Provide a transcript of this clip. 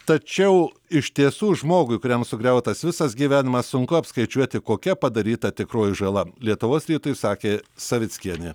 tačiau iš tiesų žmogui kuriam sugriautas visas gyvenimas sunku apskaičiuoti kokia padaryta tikroji žala lietuvos rytui sakė savickienė